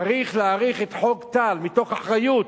צריך להאריך את חוק טל מתוך אחריות,